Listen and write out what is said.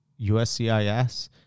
USCIS